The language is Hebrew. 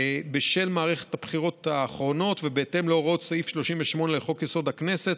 בשל מערכת הבחירות האחרונה ובהתאם להוראות סעיף 38 לחוק-יסוד: הכנסת,